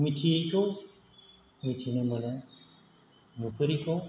मिथियैखौ मिथिनो मोनो नुफेरैखौ